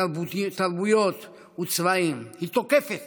תרבויות וצבעים, היא תוקפת